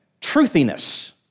Truthiness